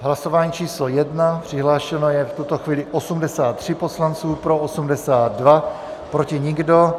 Hlasování číslo 1, přihlášeno je v tuto chvíli 83 poslanců, pro 82, proti nikdo.